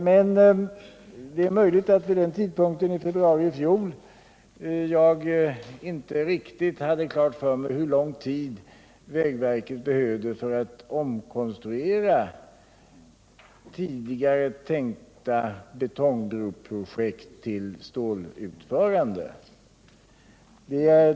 Men det är möjligt att jag vid den tidpunkten, alltså i februari i fjol, inte riktigt hade klart för mig hur lång tid vägverket behövde för att omkonstruera tidigare tänkta betongbroprojekt till stålutförande.